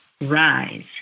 rise